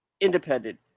independent